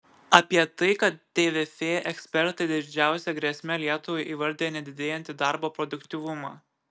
apie tai kad tvf ekspertai didžiausia grėsme lietuvai įvardija nedidėjantį darbo produktyvumą